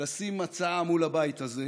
לשים הצעה מול הבית הזה,